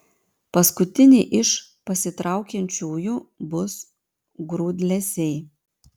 paskutiniai iš pasitraukiančiųjų bus grūdlesiai